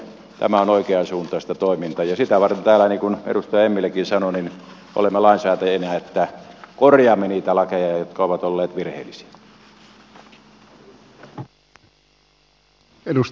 tämä on oikeansuuntaista toimintaa ja sitä varten täällä niin kuin edustaja hemmiläkin sanoi olemme lainsäätäjinä että korjaamme niitä lakeja jotka ovat olleet virheellisiä